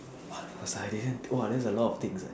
!wah! !wahseh! !wah! that's a lot of things eh